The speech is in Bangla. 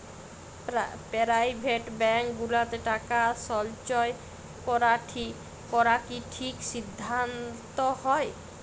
পেরাইভেট ব্যাংক গুলাতে টাকা সল্চয় ক্যরা কি ঠিক সিদ্ধাল্ত হ্যয়